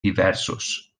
diversos